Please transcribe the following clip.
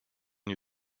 new